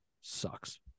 sucks